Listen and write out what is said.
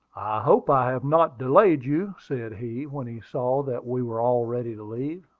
hope i have not delayed you, said he, when he saw that we were all ready to leave.